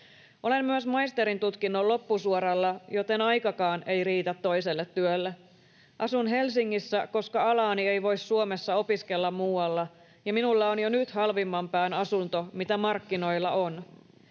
Olen myös maisterintutkinnon loppusuoralla, joten aikakaan ei riitä toiselle työlle. Asun Helsingissä, koska alaani ei voi Suomessa opiskella muualla, ja minulla on jo nyt halvimman pään asunto, mitä markkinoilla on.